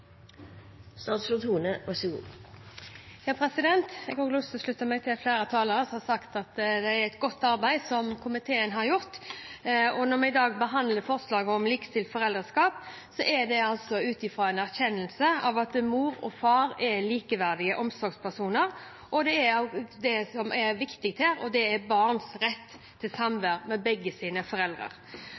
Jeg har lyst til å slutte meg til flere av talerne som har sagt at komiteen har gjort et godt arbeid. Når vi i dag behandler forslag om likestilt foreldreskap, er det ut fra en erkjennelse av at mor og far er likeverdige omsorgspersoner og – det som er viktig her – barns rett til samvær med begge sine foreldre.